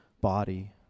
body